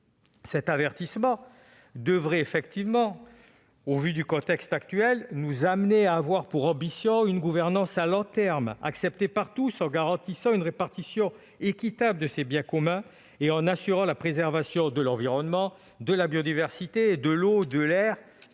cet avertissement devrait nous amener à avoir pour ambition une gouvernance à long terme, acceptée par tous, garantissant une répartition équitable des biens communs et assurant la préservation de l'environnement, de la biodiversité, de l'eau et de l'air-